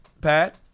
Pat